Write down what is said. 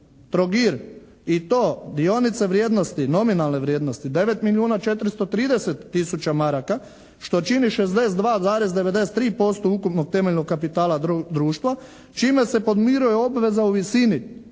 Trogir i to dionice vrijednosti, nominalne vrijednosti 9 milijuna 430 tisuća maraka što čini 62,93% ukupnog temeljenog kapitala društva čime se podmiruje obveza u visini